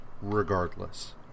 regardless